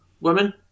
women